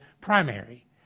primary